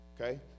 Okay